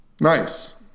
Nice